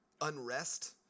unrest